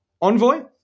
Envoy